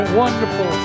wonderful